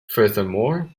furthermore